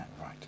Right